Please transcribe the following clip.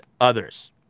others